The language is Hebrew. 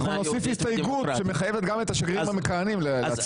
אנחנו נוסיף הסתייגות שתחייב גם את השגרירים המכהנים להצהיר.